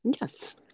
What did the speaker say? Yes